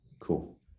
cool